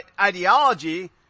ideology